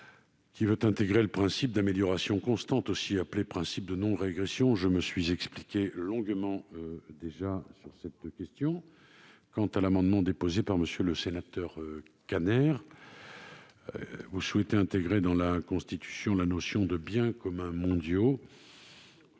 qui veut intégrer le principe d'amélioration constante, aussi appelé principe de non-régression. Je me suis expliqué longuement déjà sur cette question. Enfin, avec l'amendement n° 11, M. Kanner souhaite intégrer dans la Constitution la notion de « biens communs mondiaux